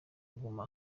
kuguma